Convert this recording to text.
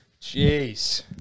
Jeez